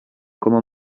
como